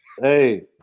hey